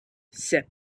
sep